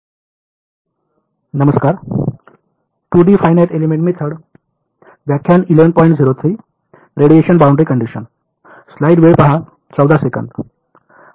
आता रेडिएशन सीमा अट पाहू